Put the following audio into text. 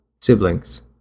siblings